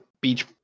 beach